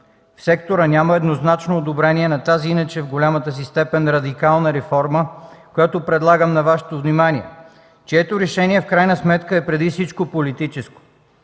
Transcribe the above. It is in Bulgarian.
В сектора няма еднозначно одобрение на тази иначе в голямата си степен радикална реформа, която предлагам на Вашето внимание, чието решение в крайна сметка е преди всичко политическо.